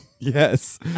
Yes